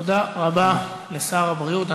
תודה רבה לשר הבריאות.